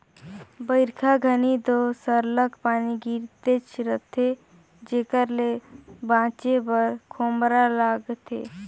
बरिखा घनी दो सरलग पानी गिरतेच रहथे जेकर ले बाचे बर खोम्हरा लागथे